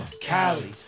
Cali